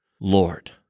Lord